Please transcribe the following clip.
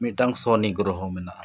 ᱢᱤᱫᱴᱟᱝ ᱥᱚᱱᱤ ᱜᱨᱚᱦᱚ ᱢᱮᱱᱟᱜᱼᱟ